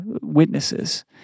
witnesses